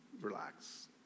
relax